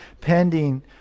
pending